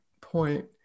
point